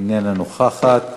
איננה נוכחת.